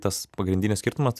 tas pagrindinis skirtumas